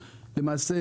למעשה,